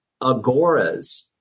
agoras